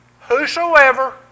whosoever